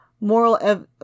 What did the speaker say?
moral